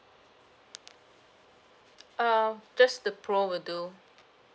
uh just the pro will do